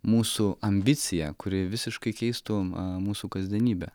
mūsų ambicija kuri visiškai keistų a mūsų kasdienybę